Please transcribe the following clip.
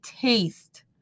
taste